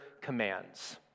commands